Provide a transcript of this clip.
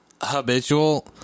Habitual